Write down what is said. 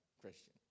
Christian